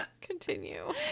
continue